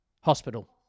Hospital